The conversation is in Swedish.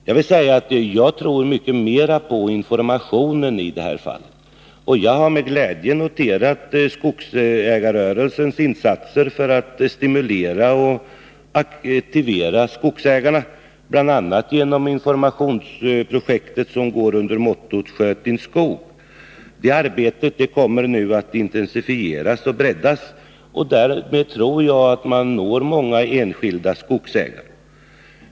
Jag vill säga att jag tror mycket mera på informationen i det här fallet. Jag har med glädje noterat skogsägarrörelsens insatser för att stimulera och aktivera skogsägarna, bl.a. genom det informationsprojekt som går under mottot: ”Sköt din skog”. Detta arbete kommer nu att intensifieras och breddas. Därmed tror jag att man når många enskilda skogsägare.